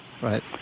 right